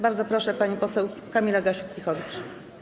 Bardzo proszę, pani poseł Kamila Gasiuk-Pihowicz.